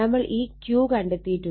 നമ്മൾ ഈ Q കണ്ടെത്തിയിട്ടുണ്ട്